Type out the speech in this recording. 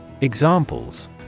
Examples